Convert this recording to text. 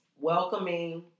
welcoming